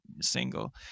single